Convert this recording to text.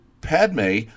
Padme